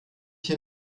hier